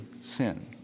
sin